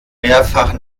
mehrfach